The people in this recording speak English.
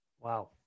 Wow